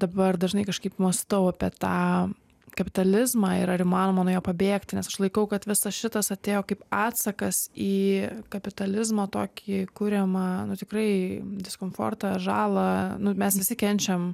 dabar dažnai kažkaip mąstau apie tą kapitalizmą ir ar įmanoma nuo jo pabėgti nes aš laikau kad visas šitas atėjo kaip atsakas į kapitalizmą tokį kuriamą tikrai diskomfortą žalą nu mes visi kenčiam